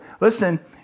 listen